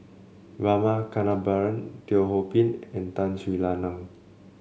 Rama Kannabiran Teo Ho Pin and Tun Sri Lanang